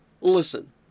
Listen